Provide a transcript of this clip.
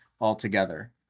altogether